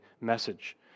message